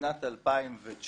בשנת 2019,